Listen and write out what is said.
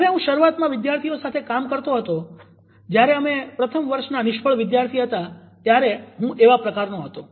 જ્યારે હું શરૂઆતમાં વિદ્યાર્થીઓ સાથે કામ કરતો હતો જ્યારે અમે પ્રથમ વર્ષનાં નિષ્ફળ વિદ્યાર્થી હતા ત્યારે હું એવા પ્રકારનો હતો